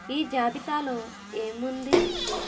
ఈ జాబితాలో ఏం ఉంది